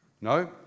No